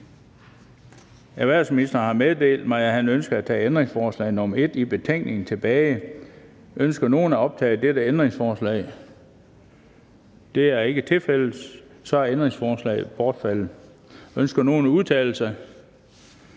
Erhvervsministeren har meddelt mig, at han ønsker at tage ændringsforslag nr. 1 i betænkningen tilbage. Ønsker nogen at optage dette ændringsforslag? Det er ikke tilfældet, og så er ændringsforslaget bortfaldet. Ønsker nogen at udtale sig?